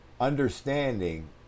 understanding